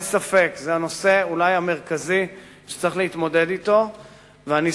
אני סבור שזה רוב מניינו ובניינו של הציבור בארץ.